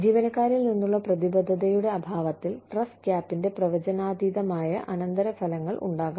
ജീവനക്കാരിൽ നിന്നുള്ള പ്രതിബദ്ധതയുടെ അഭാവത്തിൽ ട്രസ്റ്റ് ഗാപ്ന്റെ പ്രവചനാതീതമായ അനന്തരഫലങ്ങൾ ഉണ്ടാകാം